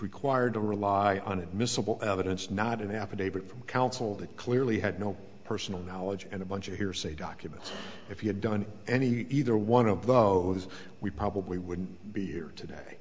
required to rely on admissible evidence not an affidavit from counsel that clearly had no personal knowledge and a bunch of hearsay documents if you had done any either one of those we probably wouldn't be here today